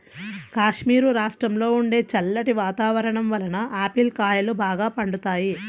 కాశ్మీరు రాష్ట్రంలో ఉండే చల్లటి వాతావరణం వలన ఆపిల్ కాయలు బాగా పండుతాయి